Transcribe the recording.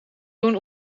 doen